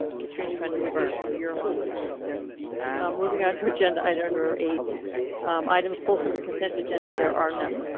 katrina is trying to move our year along too there moving on to agenda item number. eight items pulled from the consent agenda there are none,